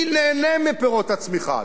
מי נהנה מפירות הצמיחה?